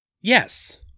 yes